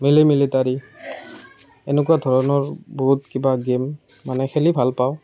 mini military এনেকুৱা ধৰণৰ বহুত কিবা গেম মানে খেলি ভাল পাওঁ